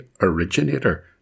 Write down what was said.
originator